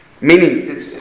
meaning